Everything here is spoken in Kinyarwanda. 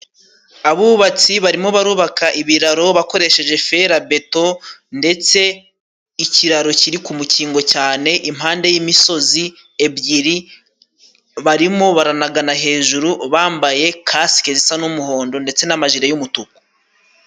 Abubatsi barimo barubaka ibiraro bakoresheje ferabeto ndetse ikiraro kiri ku mukingo cyane, impande y'imisozi ebyiri, barimo baranagana hejuru bambaye kaske zisa n'umuhondo ndetse n'amajire y'umutuku.